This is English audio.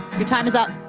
your time is up.